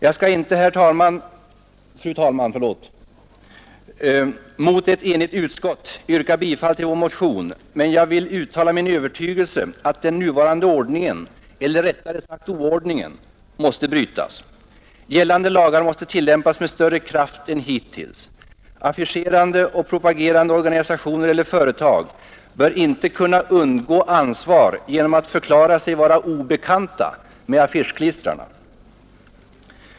Jag skall inte, fru talman, gentemot ett enigt utskott yrka bifall till vår motion, men jag vill uttala min övertygelse att den nuvarande ordningen, eller rättare sagt oordningen, måste brytas. Gällande lagar måste tillämpas med större kraft än hittills. Affischerande och propagerande organisationer eller företag bör inte kunna undgå ansvar genom att förklara sig vara obekanta med affischklistrarna.